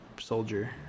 soldier